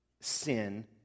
sin